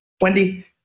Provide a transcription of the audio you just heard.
Wendy